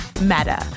meta